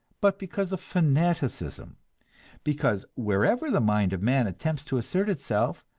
but because of fanaticism because wherever the mind of man attempts to assert itself,